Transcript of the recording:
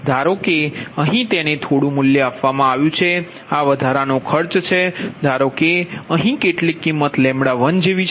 ધારો કે અહીં તેને થોડું મૂલ્ય આપવામાં આવ્યું છે આ વધારાનો ખર્ચ છે ધારો કે અહીં કેટલીક કિંમત 1 જેવી છે